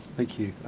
thank you.